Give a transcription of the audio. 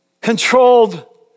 controlled